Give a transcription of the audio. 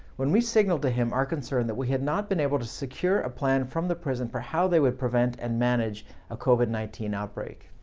when we signaled to him our concern that we had not been able to secure a plan from the prison for how they would prevent and manage a covid nineteen outbreak.